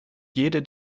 jede